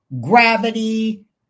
Gravity